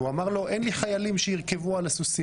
והוא אמר לו: אין לי חיילים שירכבו על הסוסים,